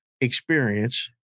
experience